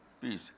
peace